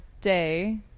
day